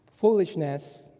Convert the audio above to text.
foolishness